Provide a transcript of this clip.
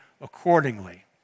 accordingly